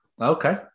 Okay